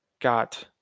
got